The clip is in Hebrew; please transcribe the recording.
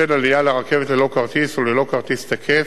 בשל עלייה לרכבת ללא כרטיס או ללא כרטיס תקף,